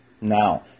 Now